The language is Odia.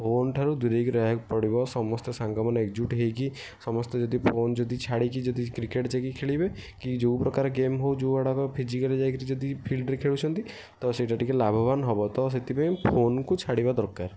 ଫୋନ୍ ଠାରୁ ଦୂରେଇକି ରହିବାକୁ ପଡ଼ିବ ସମସ୍ତେ ସାଙ୍ଗମାନେ ଏକଜୁଟ ହେଇକି ସମସ୍ତେ ଯଦି ଫୋନ୍ ଯଦି ଛାଡ଼ିକି ଯଦି କ୍ରିକେଟ୍ ଯାଇକି ଖେଳିବେ କି ଯେଉଁ ପ୍ରକାର ଗେମ୍ ହେଉ ଯୁଆଡ଼େ ହେଉ ଫିଜିକାଲି ଯାଇକରି ଯଦି ଫିଲ୍ଡ୍ରେ ଖେଳୁଛନ୍ତି ତ ସେଇଟା ଟିକେ ଲାଭବାନ ହେବ ତ ସେଥିପାଇଁ ଫୋନ୍କୁ ଛାଡ଼ିବା ଦରକାର